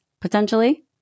potentially